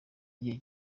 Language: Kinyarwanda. igihe